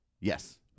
Yes